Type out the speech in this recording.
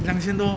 两千多